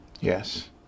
Yes